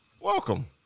welcome